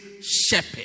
shepherd